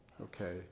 okay